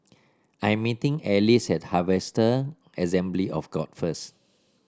I am meeting Alize at Harvester Assembly of God first